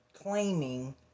claiming